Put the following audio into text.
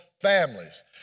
families